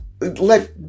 let